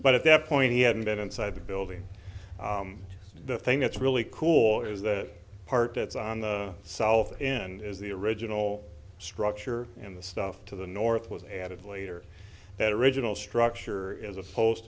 but at that point he hadn't been inside the building the thing that's really cool is that part that's on the south end is the original structure in the stuff to the north was added later that original structure is a pos